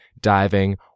diving